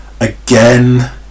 Again